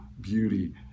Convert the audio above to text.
beauty